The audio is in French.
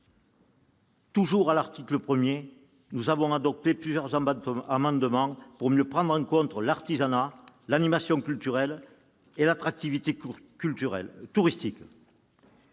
Toujours à l'article 1, nous avons adopté plusieurs amendements pour mieux prendre en compte l'artisanat, l'animation culturelle et l'attractivité touristique.